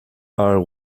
are